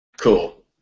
Cool